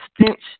stench